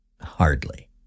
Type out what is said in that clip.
Hardly